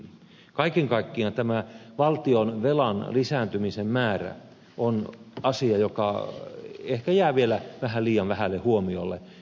kaiken kaikkiaan tämä valtionvelan lisääntymisen määrä on asia joka ehkä jää vielä vähän liian vähälle huomiolle